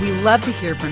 love to hear but